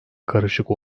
karışık